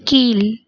கீழ்